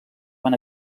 van